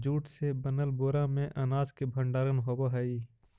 jute से बनल बोरा में अनाज के भण्डारण होवऽ हइ